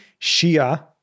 Shia